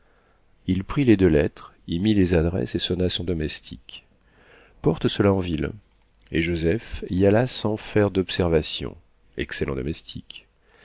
il prit les deux lettres y mit les adresses et sonna son domestique porte cela en ville et joseph y alla sans faire d'observations excellent domestique